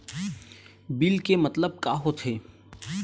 Bill के मतलब का होथे?